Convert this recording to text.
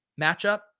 matchup